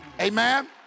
Amen